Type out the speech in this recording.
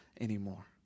anymore